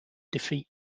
defeat